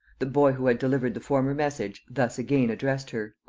the boy who had delivered the former message thus again addressed her